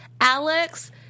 alex